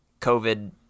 covid